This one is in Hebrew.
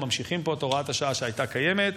ממשיכים פה את הוראת השעה שהייתה קיימת,